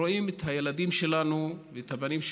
רואים את הילדים שלנו ואת הבנים שלנו,